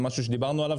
זה משהו שדיברנו עליו,